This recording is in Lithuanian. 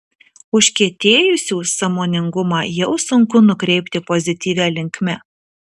užkietėjusių sąmoningumą jau sunku nukreipti pozityvia linkme